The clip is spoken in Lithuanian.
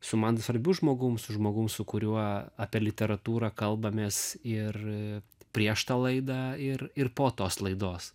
su man svarbiu žmogum su žmogum su kuriuo apie literatūrą kalbamės ir prieš tą laidą ir ir po tos laidos